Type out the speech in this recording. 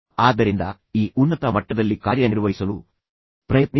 ಆದ್ದರಿಂದ ಈ ಉನ್ನತ ಮಟ್ಟದಲ್ಲಿ ಕಾರ್ಯನಿರ್ವಹಿಸಲು ಪ್ರಯತ್ನಿಸಿ